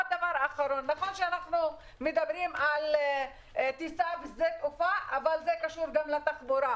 אנחנו מדברים על טיסה בשדה התעופה אבל זה קשור לתחבורה.